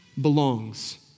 belongs